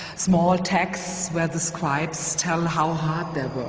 small texts, where the scribes tell how hard their